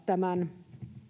tämän